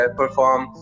perform